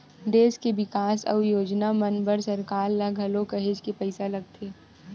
देस के बिकास अउ योजना मन बर सरकार ल घलो काहेच के पइसा लगथे